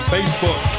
Facebook